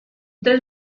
tres